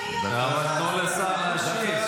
אני רוצה להיות איתך --- אבל תנו לשר להשיב.